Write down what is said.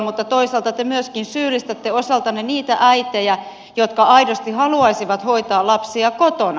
mutta toisaalta te myöskin syyllistätte osaltanne niitä äitejä jotka aidosti haluaisivat hoitaa lapsia kotona